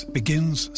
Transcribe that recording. begins